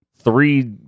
Three